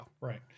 right